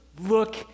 look